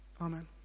Amen